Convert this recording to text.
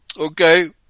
okay